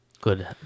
good